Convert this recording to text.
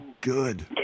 good